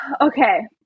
Okay